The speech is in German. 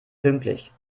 pünktlich